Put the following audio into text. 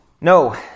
No